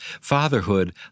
fatherhood